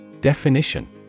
Definition